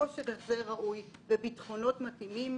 כושר החזר ראוי ובטחונות מתאימים